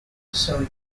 also